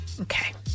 Okay